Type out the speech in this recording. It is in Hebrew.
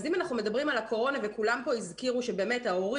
יש ילדים